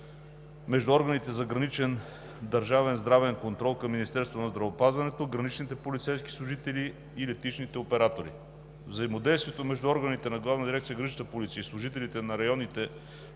между органите за граничен държавен здравен контрол към Министерството на здравеопазването, граничните полицейски служители и летищните оператори. Взаимодействието между органите на Главна дирекция „Гранична